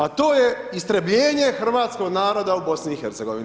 A to je istrebljenje hrvatskog naroda u BiH.